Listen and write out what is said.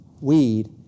weed